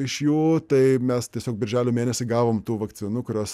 iš jų tai mes tiesiog birželio mėnesį gavom tų vakcinų kurios